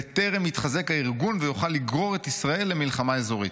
בטרם התחזק הארגון ויוכל לגרור את ישראל למלחמה אזורית.